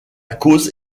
cause